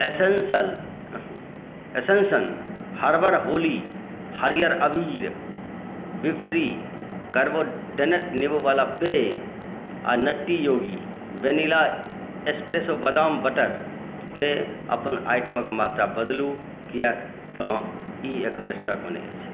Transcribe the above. essential एसेंशन herbal Holi हरियर अबीर बीफ्री कर्बोडेनेट नीबूबला पेय आ नट्टी योगी वेनिला एस्प्रेसो बदाम बटरके अपन आइटमक मात्रा बदलू किएकतँ ई एखन स्टॉकमे नहि अछि